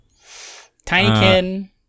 Tinykin